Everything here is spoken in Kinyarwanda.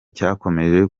cyakomeje